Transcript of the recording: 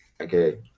okay